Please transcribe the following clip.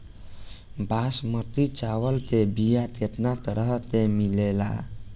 बासमती चावल के बीया केतना तरह के मिलेला?